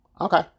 Okay